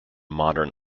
modern